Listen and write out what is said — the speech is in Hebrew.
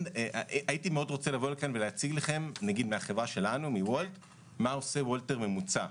הייתי רוצה לבוא לכאן ולהציג לכם מוולט מה עושה וולטר ממוצע: